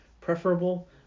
preferable